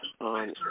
on